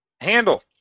handle